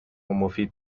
مفید